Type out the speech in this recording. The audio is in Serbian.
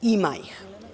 Ima ih.